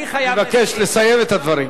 אני מבקש לסיים את הדברים.